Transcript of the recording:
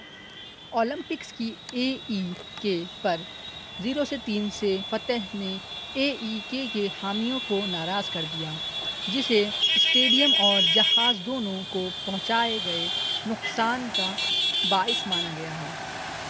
Olympics کی A E K پر zero سے تین سے فتح نے اے ای کے کے حامیوں کو ناراض کر دیا جسے اسٹیڈیم اور جہاز دونوں کو پہنچائے گئے نقصان کا باعث مانا گیا ہے